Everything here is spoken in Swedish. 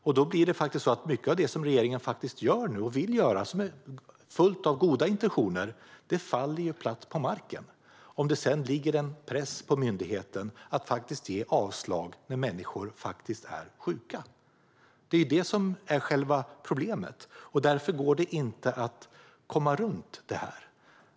Och då faller mycket av det som regeringen nu gör och vill göra, som ändå är fyllt av goda intentioner, platt till marken om det samtidigt ligger en press på myndigheten att ge avslag när människor faktiskt är sjuka. Det är det här som är problemet, och då kan man inte komma runt detta.